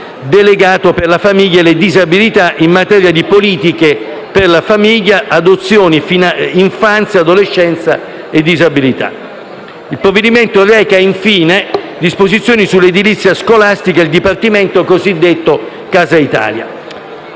delegato per la famiglia e le disabilità in materia di politiche per la famiglia, adozioni, infanzia, adolescenza e disabilità. Il provvedimento reca infine disposizioni sull'edilizia scolastica e il dipartimento cosiddetto Casa Italia.